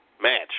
match